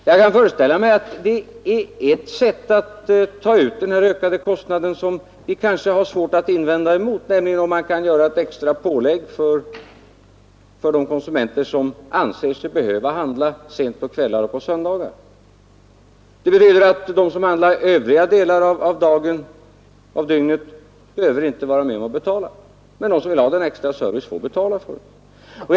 Jag kan föreställa mig att ett sätt att ta ut den ökade kostnaden som vi kanske skulle ha svårt att invända emot vore att göra ett extra prispåslag för de konsumenter som anser sig behöva handla sent på kvällar och på söndagar. Det betyder att de som handlar under övriga delar av dygnet inte behöver betala högre priser men att de som vill ha den extra servicen får betala för den.